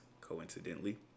coincidentally